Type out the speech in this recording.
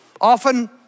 often